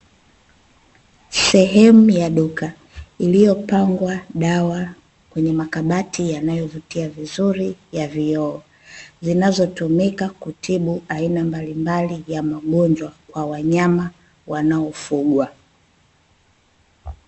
Sehemu ya duka iliyopangwa dawa kwenye makabati yanayovutia vizuri ya vioo, zinazotumika kutibu aina mbalimbali ya magonjwa kwa wanyama wanaofugwa.